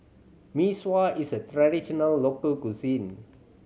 Mee Sua is a traditional local cuisine